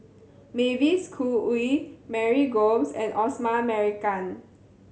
Mavis Khoo Oei Mary Gomes and Osman Merican